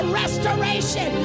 restoration